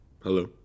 Hello